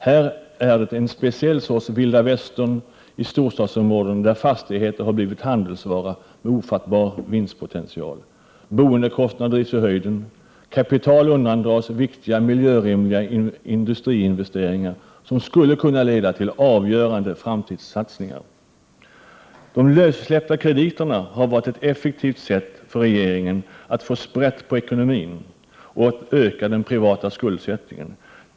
Här är det en speciell sorts vilda västern i storstadsområdena, där fastigheter har blivit en handelsvara med ofattbar vinstpotential. Boendekostnaderna drivs i höjden. Kapital undandras viktiga miljörimliga industriinvesteringar, som skulle kunna leda till avgörande framtidssatsningar. De lössläppta krediterna har varit ett effektivt sätt för regeringen att få sprätt på ekonomin och att öka den privata skuldsättningen.